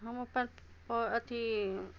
हम अपन अथी